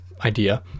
idea